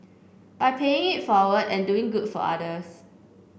by paying it forward and doing good for others